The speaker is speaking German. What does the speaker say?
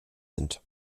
sind